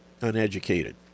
uneducated